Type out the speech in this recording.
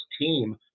team